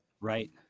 Right